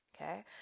Okay